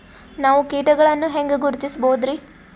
ನಾವು ಕೀಟಗಳನ್ನು ಹೆಂಗ ಗುರುತಿಸಬೋದರಿ?